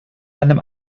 einem